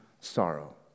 sorrow